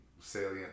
salient